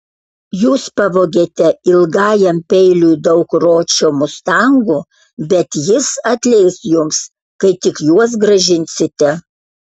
jūs pavogėte ilgajam peiliui daug ročio mustangų bet jis atleis jums kai tik juos grąžinsite